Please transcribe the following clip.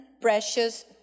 precious